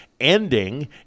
ending